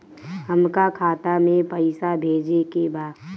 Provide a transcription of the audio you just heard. हमका खाता में पइसा भेजे के बा